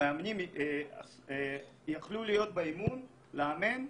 המאמנים יכלו להיות באימון ולאמן,